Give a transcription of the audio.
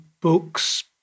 books